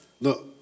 look